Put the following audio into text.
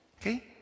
okay